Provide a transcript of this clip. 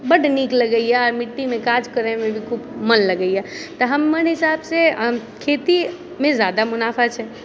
बड नीक लगैए मिट्टीमे काज करैमे भी खूब मन लगैए तऽ हमर हिसाबसँ खेतीमे जादा मुनाफा छै